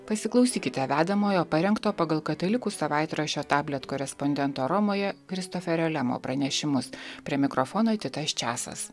pasiklausykite vedamojo parengto pagal katalikų savaitraščio tablet korespondento romoje kristoferio lemo pranešimus prie mikrofono titas česas